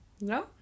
No